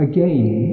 Again